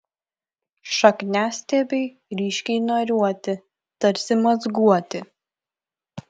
šakniastiebiai ryškiai nariuoti tarsi mazguoti